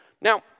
Now